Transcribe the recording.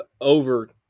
over